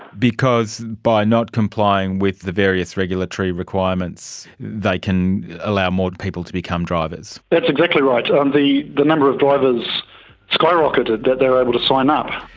because by not complying with the various regulatory requirements they can allow more people to become drivers. that's exactly right. um the the number of drivers skyrocketed that they are able to sign up.